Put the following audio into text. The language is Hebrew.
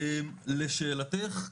לשאלתך,